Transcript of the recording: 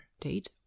date